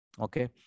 Okay